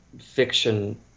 fiction